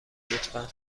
لطفا